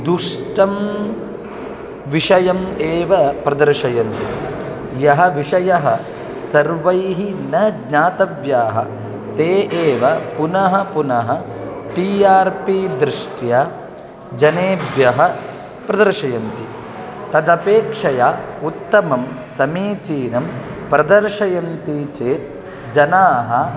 दुष्टं विषयम् एव प्रदर्शयन्ति यः विषयः सर्वैः न ज्ञातव्याः ते एव पुनः पुनः टी आर् पी दृष्ट्या जनेभ्यः प्रदर्शयन्ति तदपेक्षया उत्तमं समीचीनं प्रदर्शयन्ति चेत् जनाः